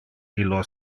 illo